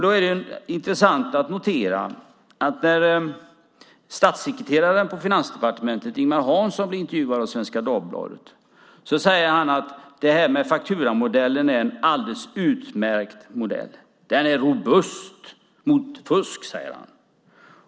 Då är det intressant att notera att när statssekreteraren på Finansdepartementet, Ingemar Hansson, blir intervjuad av Svenska Dagbladet säger han att fakturamodellen är en alldeles utmärkt modell. Den är robust mot fusk, säger han.